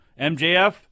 MJF